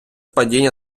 падіння